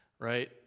right